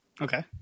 Okay